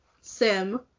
sim